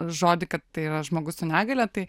žodį kad tai yra žmogus su negalia tai